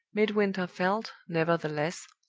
midwinter felt, nevertheless,